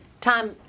Tom